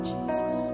Jesus